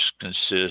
consists